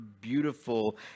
beautiful